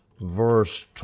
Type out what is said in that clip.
verse